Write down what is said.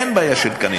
אין בעיה של תקנים.